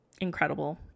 incredible